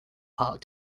park